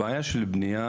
הבעיה של בניה,